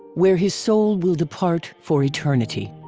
where his soul will depart for eternity.